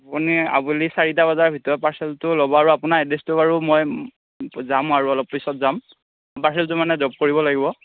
আপুনি আবেলি চাৰিটা বজাৰ ভিতৰত পাৰ্চেলটো ল'ব আৰু আপোনাৰ এড্ৰেছটো বাৰু মই যাম আৰু অলপ পিছত যাম পাৰ্চেলটো মানে ড্ৰপ কৰিব লাগিব